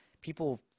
People